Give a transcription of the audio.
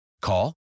Call